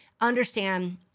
understand